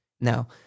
Now